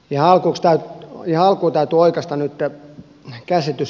ihan alkuun täytyy oikaista nyt käsitys